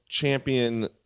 champion